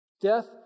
Death